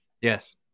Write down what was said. Yes